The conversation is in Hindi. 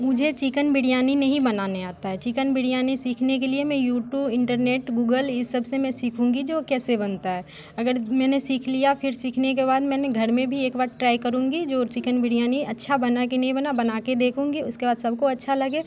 मुझे चिकन बिरयानी नहीं बनाने आता है चिकन बिरयानी सीखने के लिए मैं यूटूब इंटरनेट गूगल इस सबसे मैं सीखूँगी जो कैसे बनता है अगर मैंने सीख लिया फिर सीखने के बाद मैंने घर में भी एक बार ट्राई करूँगी जो चिकेन बिरयानी अच्छा कि नहीं बना बना के देखूँगी उसके बाद सबको अच्छा लगे